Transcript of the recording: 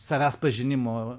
savęs pažinimo